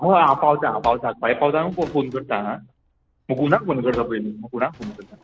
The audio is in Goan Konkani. हय हांव पावता हांव पावता थंय पावता आनी फोन करता आं मुकुंदाक फोन करता पयलीं मुकुंदाक फोन करता